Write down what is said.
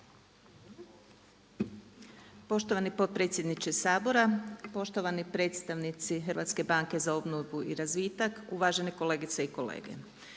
Poštovani potpredsjedniče Sabora, poštovani predstavnici Hrvatske banke za obnovu i razvitak, uvažene kolegice i kolege.